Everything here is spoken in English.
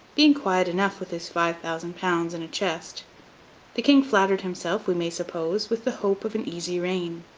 being quiet enough with his five thousand pounds in a chest the king flattered himself, we may suppose, with the hope of an easy reign.